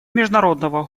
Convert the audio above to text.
международного